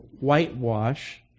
whitewash